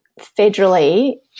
federally